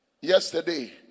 Yesterday